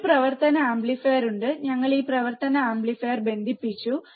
ഒരു പ്രവർത്തന ആംപ്ലിഫയർ ഉണ്ട് ഞങ്ങൾ ഈ പ്രവർത്തന ആംപ്ലിഫയർ ബന്ധിപ്പിച്ചു